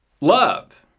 love